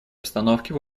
обстановке